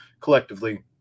collectively